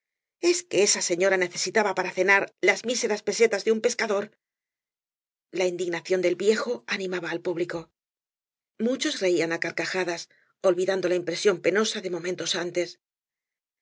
es que esa señora necesitaba para cenar las mi seras pesetas de un pescador la indignación del viejo animaba al público muchos reían á carcajadas olvidando la impresióa penosa de momentos antes